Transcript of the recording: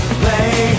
play